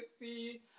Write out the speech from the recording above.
see